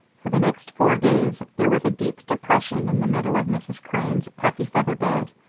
for the next four days there was a deep depression in the middle of mrs. crane's puffy feather bed,